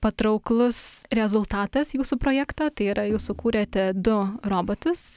patrauklus rezultatas jūsų projekto tai yra jūs sukūrėte du robotus